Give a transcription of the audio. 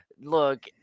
Look